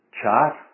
chart